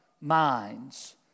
minds